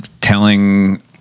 Telling